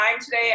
today